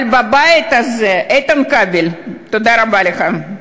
איתן כבל, תודה רבה לך.